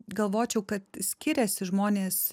galvočiau kad skiriasi žmonės